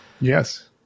Yes